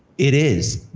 it is.